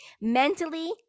mentally